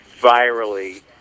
virally